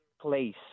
place